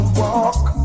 walk